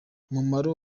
umumaro